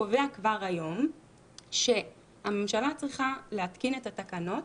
קובע כבר היום שהממשלה צריכה להתקין את התקנות